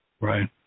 Right